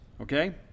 Okay